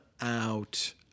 out